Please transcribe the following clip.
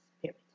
Spirit